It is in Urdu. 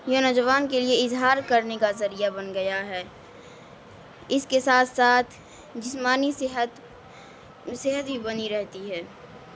یہ نوجوان کے لیے اظہار کرنے کا ذریعہ بن گیا ہے اس کے ساتھ ساتھ جسمانی صحت صحت بھی بنی رہتی ہے